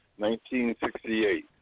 1968